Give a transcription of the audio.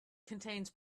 contains